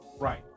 Right